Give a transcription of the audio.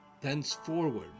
thenceforward